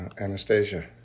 Anastasia